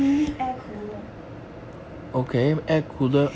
mini air cooler